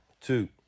Two